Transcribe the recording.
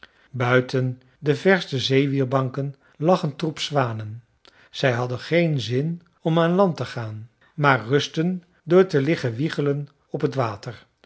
buiten de verste zeewierbanken lag een troep zwanen zij hadden geen zin om aan land te gaan maar rustten door te liggen wiegelen op t water